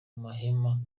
mahema